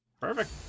Perfect